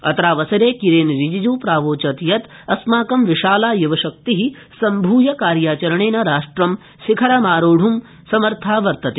अत्रावसरे किरेन रिजिजू प्रावोचत् यत् अस्माकं विशाला युवशक्ति सम्भूय कार्याचरणेन राष्ट्रं शिखरमारोढ़ समर्था वर्तते